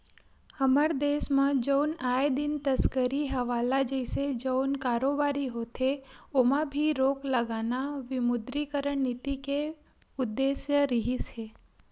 हमर देस म जउन आए दिन तस्करी हवाला जइसे जउन कारोबारी होथे ओमा भी रोक लगाना विमुद्रीकरन नीति के उद्देश्य रिहिस हे